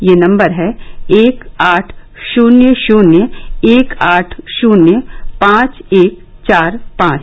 यह नम्बर है एक आठ शून्य शून्य एक आठ शून्य पांच एक चार पांच